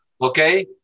Okay